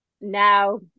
Now